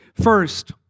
First